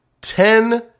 ten